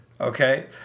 okay